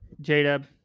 J-Dub